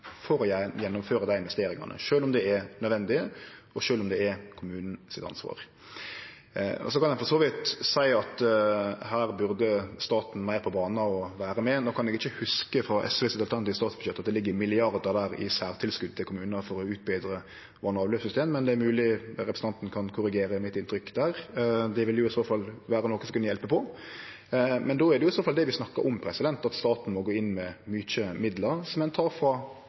for å gjennomføre dei investeringane, sjølv om dei er nødvendige, og sjølv om det er kommunen sitt ansvar. Så kan ein for så vidt seie at her burde staten kome meir på bana og vere med. No kan eg ikkje hugse frå SVs alternative statsbudsjett at det ligg milliardar der i særtilskot til kommunar for å utbetre vass- og avløpssystem, men det er mogleg representanten kan korrigere inntrykket mitt. Det vil i så fall vere noko som kan hjelpe på. Då er det i så fall det vi snakkar om, at staten må gå inn med mykje midlar, som ein tek frå